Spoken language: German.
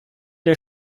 der